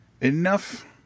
enough